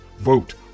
Vote